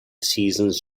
seasons